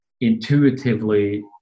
intuitively